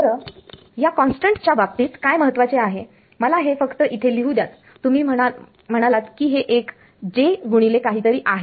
बरं या कॉन्स्टंट्स च्या बाबतीत काय महत्त्वाचे आहे मला हे फक्त इथे लिहू द्या तुम्ही म्हणालात की हे एक j गुणिले काहीतरी आहे